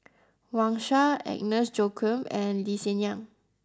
Wang Sha Agnes Joaquim and Lee Hsien Yang